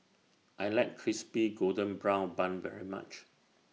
I like Crispy Golden Brown Bun very much